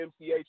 MCH